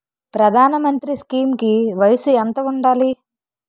ప్రధాన మంత్రి స్కీమ్స్ కి వయసు ఎంత ఉండాలి?